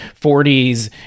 40s